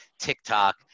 TikTok